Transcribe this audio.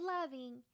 loving